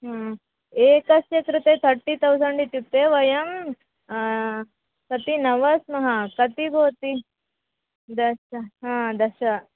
हा एकस्य कृते थर्टि तौसण्ड् इत्युक्ते वयं कति न वा स्म कति भवति दश हा दश